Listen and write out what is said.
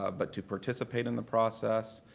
ah but to participate in the process.